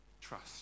Trust